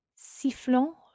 sifflant